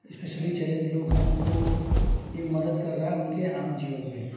specially challenged लोग हैं उनको यह मदद कर रहा है उनके आम जीवन में